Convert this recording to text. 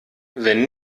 wenn